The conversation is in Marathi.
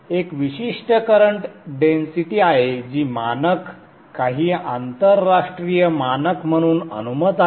एक विशिष्ट करंट डेन्सिटी आहे जी मानक काही आंतरराष्ट्रीय मानक म्हणून अनुमत आहे